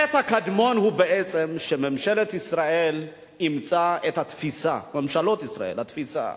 החטא הקדמון הוא בעצם שממשלות ישראל אימצו את התפיסה שאומרת